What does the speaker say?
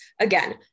Again